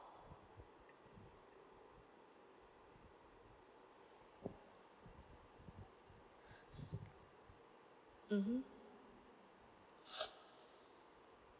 mmhmm